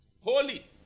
Holy